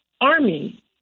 army